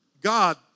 God